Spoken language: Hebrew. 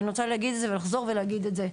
ואני רוצה לחזור ולהגיד את זה,